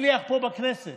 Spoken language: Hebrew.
פה בכנסת